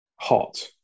hot